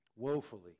woefully